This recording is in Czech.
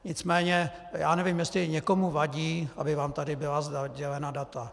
Nicméně nevím, jestli někomu vadí, aby vám tady byla sdělena data.